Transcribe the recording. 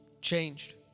changed